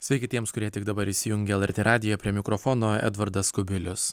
sveiki tiems kurie tik dabar įsijungė lrt radiją prie mikrofono edvardas kubilius